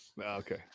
Okay